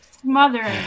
smothering